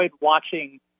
watching